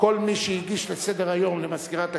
כל מי שהגיש לסדר-היום למזכירת הכנסת,